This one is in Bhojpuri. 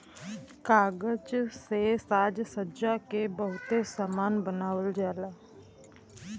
कागज से साजसज्जा के बहुते सामान बनावल जाला